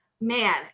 man